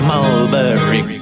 Mulberry